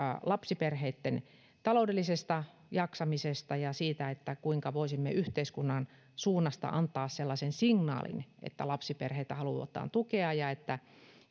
lapsiperheitten taloudellisesta jaksamisesta ja siitä kuinka voisimme yhteiskunnan suunnasta antaa sellaisen signaalin että lapsiperheitä halutaan tukea ja että